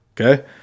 okay